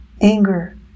anger